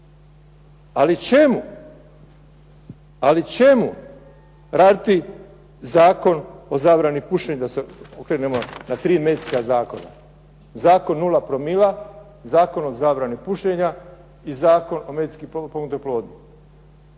Ali čemu raditi Zakon o zabrani pušenja da se okrenemo na tri medicinska zakona, Zakon o 0 promila, Zakon o zabrani pušenja i Zakon o medicinski potpomognutoj oplodnji.